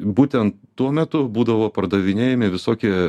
būtent tuo metu būdavo pardavinėjami visokie